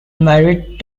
married